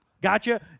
gotcha